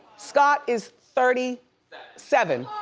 scott is thirty seven.